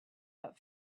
but